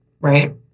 right